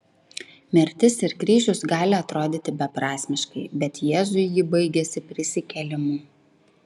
mirtis ir kryžius gali atrodyti beprasmiškai bet jėzui ji baigėsi prisikėlimu